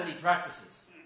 practices